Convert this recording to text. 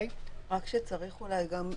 כן.